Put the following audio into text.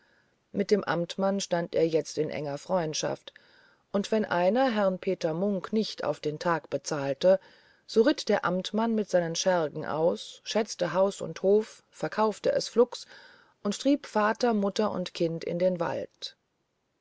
mit dem amtmann stand er jetzt in enger freundschaft und wenn einer herrn peter munk nicht auf den tag bezahlte so ritt der amtmann mit seinen schergen heraus schätzte haus und hof verkaufte es flugs und trieb vater mutter und kind in den wald